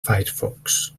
firefox